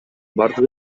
бардыгы